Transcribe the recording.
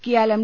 കിയാൽ M